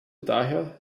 daher